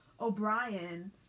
O'Brien